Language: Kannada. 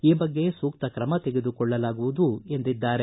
ಈ ಬಗ್ಗೆ ಸೂಕ್ತ ಕ್ರಮ ತೆಗೆದುಕೊಳ್ಳಲಾಗುವುದು ಎಂದಿದ್ದಾರೆ